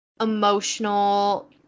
emotional